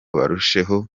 barusheho